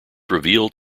revealed